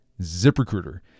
ZipRecruiter